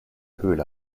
höhle